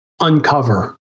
uncover